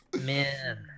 Man